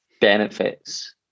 benefits